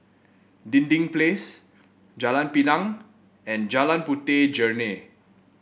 Dinding Place Jalan Pinang and Jalan Puteh Jerneh